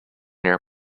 near